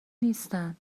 نیستن